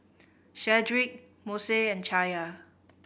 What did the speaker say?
Shedrick Mose and Chaya